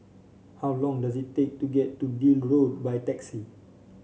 how long does it take to get to Deal Road by taxi